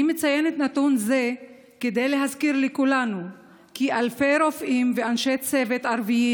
אני מציינת נתון זה כדי להזכיר לכולנו כי אלפי רופאים ואנשי צוות ערבים